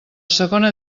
segona